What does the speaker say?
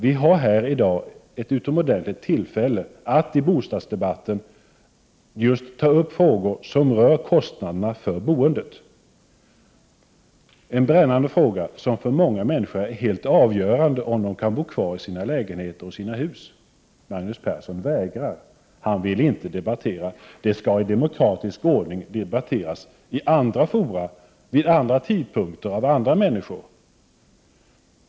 Vi har i dag ett utomordentligt tillfälle att i bostadsdebatten ta upp just frågor som rör kostnaderna för boendet, en brännande fråga som för många människor är helt avgörande för om de skall kunna bo kvar i sina lägenheter eller hus. Magnus Persson vägrar att debattera. Det skall, heter det, i demokratisk ordning debatteras i andra fora, vid andra tidpunkter och av andra människor.